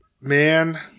man